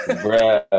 bro